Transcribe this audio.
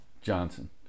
Johnson